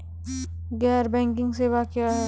गैर बैंकिंग सेवा क्या हैं?